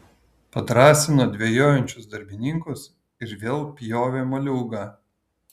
padrąsino dvejojančius darbininkus ir vėl pjovė moliūgą